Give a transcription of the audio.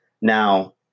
Now